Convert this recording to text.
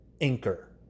Anchor